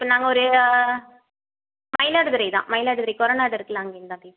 இப்போ நாங்கள் ஒரு மயிலாடுதுறை தான் மயிலாடுதுறை கொரநாடு இருக்கில்ல அங்கிருந்து தான் பேசு